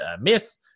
miss